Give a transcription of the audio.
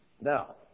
Now